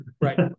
Right